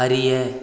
அறிய